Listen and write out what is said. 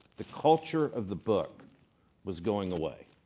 the culture of the book was going away.